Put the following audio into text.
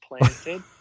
planted